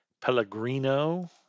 Pellegrino